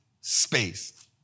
space